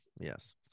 Yes